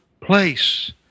place